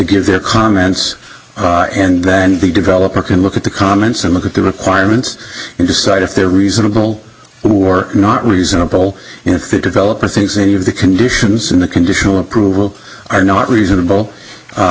give their comments and then the developer can look at the comments and look at the requirements and decide if they're reasonable war not reasonable and if it developer thinks any of the conditions in the conditional approval are not reasonable